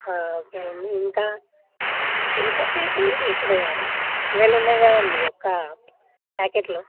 okay అండీ ఇంకా insert చేసి ఇప్పుడూ ఇవాళున్నాయి కదా అండీ ఒక ప్యాకెట్లు